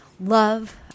love